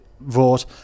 vote